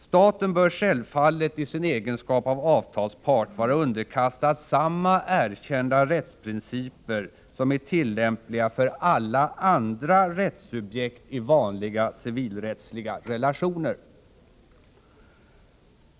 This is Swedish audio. Staten bör självfallet i sin egenskap av avtalspart vara underkastad samma erkända rättsprinciper som är tillämpliga för alla andra rättssubjekt i vanliga civilrättsliga relationer.